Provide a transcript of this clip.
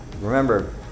remember